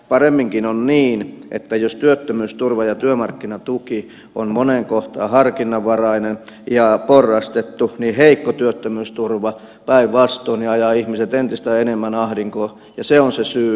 paremminkin on niin että jos työttömyysturva ja työmarkkinatuki on monen kohdalla harkinnanvarainen ja porrastettu niin heikko työttömyysturva päinvastoin ajaa ihmiset entistä enemmän ahdinkoon ja se on se syy isoihin ongelmiin